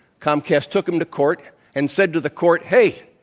comcast took them to court and said to the court, hey,